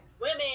women